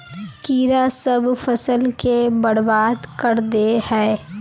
कीड़ा सब फ़सल के बर्बाद कर दे है?